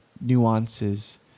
nuances